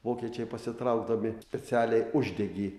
vokiečiai pasitraukdami specialiai uždegė